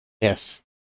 Yes